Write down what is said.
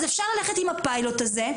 אז אפשר ללכת עם הפיילוט הזה,